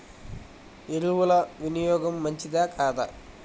ఎరువుల వినియోగం మంచిదా కాదా?